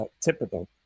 typical